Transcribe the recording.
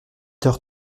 heures